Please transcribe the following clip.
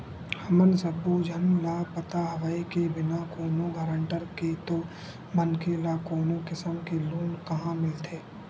हमन सब्बो झन ल पता हवय के बिना कोनो गारंटर के तो मनखे ल कोनो किसम के लोन काँहा मिलथे